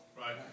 Right